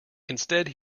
instead